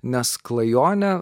nes klajonė